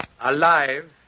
Alive